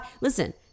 Listen